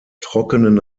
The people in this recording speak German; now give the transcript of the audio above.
trockenen